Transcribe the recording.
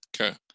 Okay